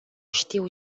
știu